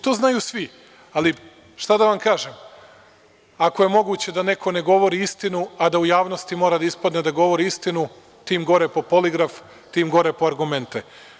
To znaju svi, ali šta da vam kažem, ako je moguće da neko ne govori istinu, a da u javnosti mora da ispade da govori istinu, tim gore po poligraf, tim gore po argumente.